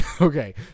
okay